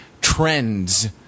trends